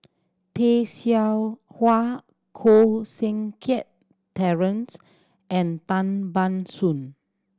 Tay Seow Huah Koh Seng Kiat Terence and Tan Ban Soon